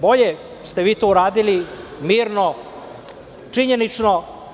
Bolje ste vi to uradili mirno, činjenično.